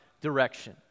direction